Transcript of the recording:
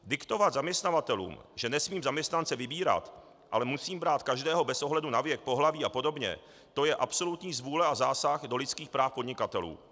Diktovat zaměstnavatelům, že nesmím zaměstnance vybírat, ale musím brát každého bez ohledu na věk, pohlaví apod., to je absolutní zvůle a zásah do lidských práv podnikatelů.